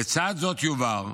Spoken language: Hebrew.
לצד זאת יובהר